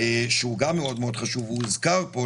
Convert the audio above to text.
שהוא גם מאוד מאוד חשוב והוזכר פה,